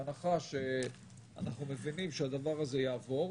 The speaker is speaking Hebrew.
בהנחה שאנחנו מבינים שהדבר הזה יעבור,